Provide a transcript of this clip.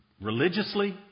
religiously